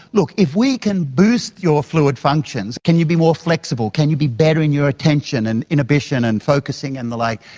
if we can boost your fluid functions, can you be more flexible, can you be better in your attention and inhibition and focusing and the like,